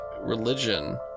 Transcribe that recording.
religion